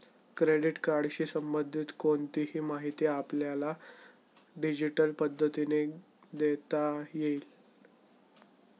credit कार्डशी संबंधित कोणतीही माहिती आपल्याला डिजिटल पद्धतीने घेता येईल